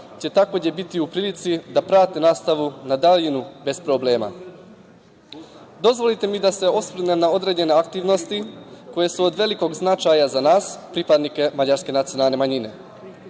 će takođe biti u prilici da prate nastavu na daljinu bez problema. Dozvolite mi da se osvrnem na određene aktivnosti koje su od velikog značaja za nas, pripadnike mađarske nacionalne manjine.